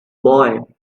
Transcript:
boy